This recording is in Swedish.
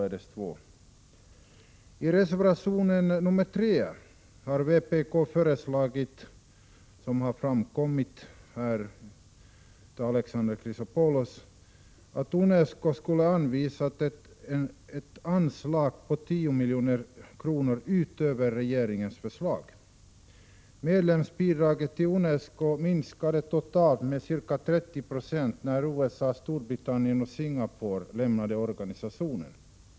Som Alexander Chrisopoulos här har sagt har vpk i reservation 3 föreslagit att UNESCO skulle få ett anslag på 10 milj.kr. utöver regeringens förslag. Medlemsbidraget till UNESCO minskade totalt med ca 30 20 när USA, Storbritannien och Singapore lämnade organisationen.